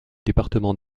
département